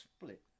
split